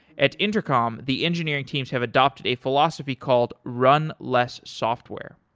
at intercom, the engineering teams have adopted a philosophy called, run less software.